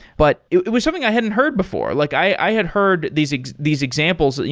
but it it was something i hadn't heard before. like i had heard these these examples,